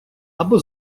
або